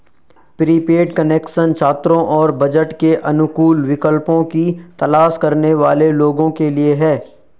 prepaid connection छात्रों और budget के अनुकूल विकल्पों की तलाश करने वाले लोगों के लिए है